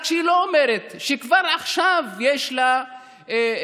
רק שהיא לא אומרת שכבר עכשיו יש לה פוספטים,